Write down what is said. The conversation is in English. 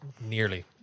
Nearly